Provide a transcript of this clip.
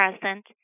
present